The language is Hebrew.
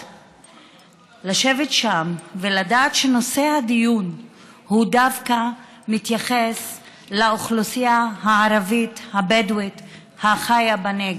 לשבת שם ולדעת שנושא הדיון מתייחס לאוכלוסייה הערבית הבדואית החיה בנגב,